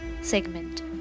segment